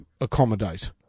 accommodate